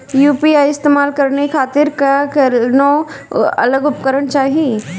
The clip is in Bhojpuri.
यू.पी.आई इस्तेमाल करने खातिर क्या कौनो अलग उपकरण चाहीं?